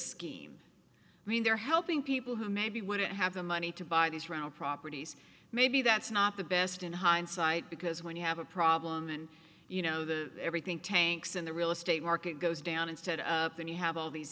scheme i mean they're helping people who maybe wouldn't have the money to buy these round properties maybe that's not the best in hindsight because when you have a problem and you know the everything tanks and the real estate market goes down instead then you have all these